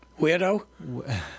Weirdo